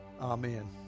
amen